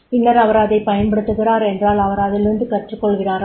பின்னர் அவர் அதைப் பயன்படுத்துகிறார் என்றால் அவர் அதிலிருந்து கற்றுக்கொள்கிறாரா